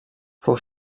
fou